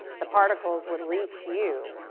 the particles would reach you